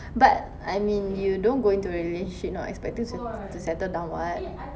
but I mean you don't go into relationship not expecting to settle to settle down [what]